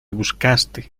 buscaste